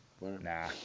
Nah